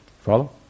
Follow